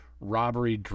robbery